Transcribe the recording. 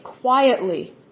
quietly